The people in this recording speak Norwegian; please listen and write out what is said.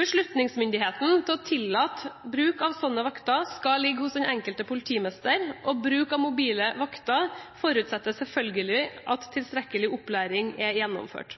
Beslutningsmyndigheten til å tillate bruk av slike vakter skal ligge hos den enkelte politimester. Bruk av mobile vakter forutsetter selvfølgelig at tilstrekkelig opplæring er gjennomført.